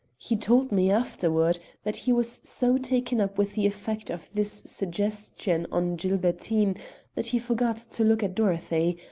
he told me afterward that he was so taken up with the effect of this suggestion on gilbertine that he forgot to look at dorothy,